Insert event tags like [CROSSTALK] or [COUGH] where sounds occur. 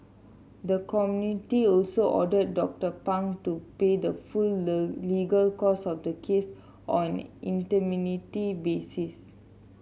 the committee also ordered Doctor Pang to pay the full [UNINTELLIGIBLE] legal costs of the case on [UNINTELLIGIBLE] basis